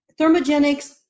thermogenics